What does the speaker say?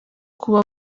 kuba